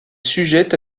sujette